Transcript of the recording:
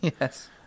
Yes